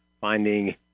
finding